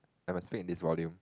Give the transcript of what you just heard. I must speak in this volume